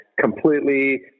completely